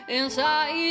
inside